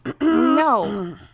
No